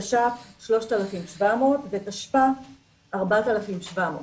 תש"פ, 3,700 ותשפ"א 4,700,